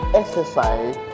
exercise